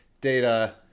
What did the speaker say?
data